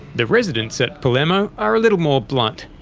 the residents at palermo are a little more blunt.